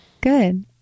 Good